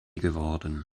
geworden